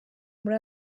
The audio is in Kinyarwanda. muri